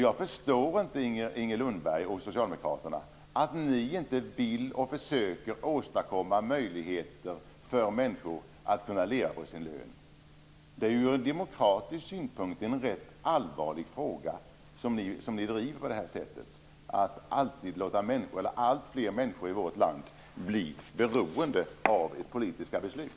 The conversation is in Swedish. Jag förstår inte, Inger Lundberg och Socialdemokraterna, att ni inte vill och försöker åstadkomma möjligheter för människor att kunna leva på sin lön. Ur demokratisk synpunkt är det en ganska allvarlig fråga som ni driver på det här sättet. Ni låter alltfler människor i vårt land bli beroende av politiska beslut.